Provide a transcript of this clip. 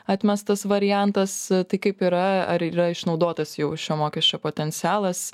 atmestas variantas tai kaip yra ar yra išnaudotas jau šio mokesčio potencialas